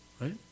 right